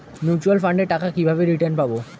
Mutual ফান্ডের টাকা কিভাবে রিটার্ন পাব?